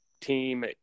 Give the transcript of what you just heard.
team